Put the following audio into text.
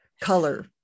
color